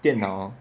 电脑